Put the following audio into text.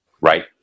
right